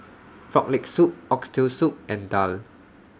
Frog Leg Soup Oxtail Soup and Daal